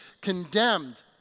condemned